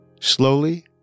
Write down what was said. Slowly